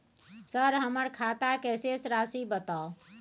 Sir हमर खाता के शेस राशि बताउ?